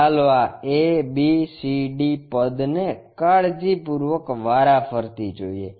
ચાલો આ ABCD પદ ને કાળજીપૂર્વક વારા ફરતી જોઈએ